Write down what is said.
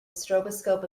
stroboscope